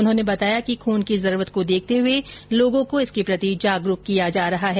उन्होंने बताया कि खून की जरूरत को देखते हुए लोगों को इसके प्रति जागरूक किया गया है